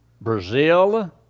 Brazil